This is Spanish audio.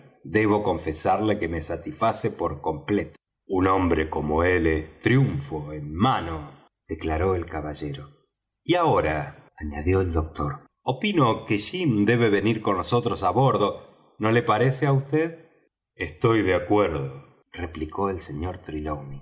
debo confesarle que me satisface por completo un hombre como él es triunfo en mano declaró el caballero y ahora añadió el doctor opino que jim debe venir con nosotros á bordo no le parece á vd estoy de acuerdo replicó el sr